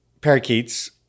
parakeets